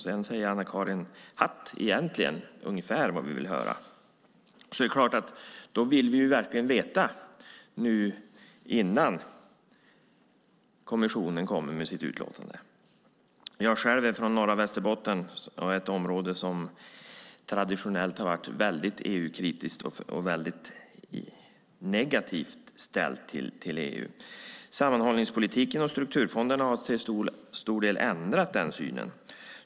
Sedan säger Anna-Karin Hatt egentligen ungefär vad vi vill höra. Då är det klart att vi verkligen vill få besked nu innan kommissionen kommer med sitt utlåtande. Jag är själv från norra Västerbotten, ett område som traditionellt har varit väldigt EU-kritiskt och negativt ställt till EU. Sammanhållningspolitiken och strukturfonderna har till stor del ändrat den synen.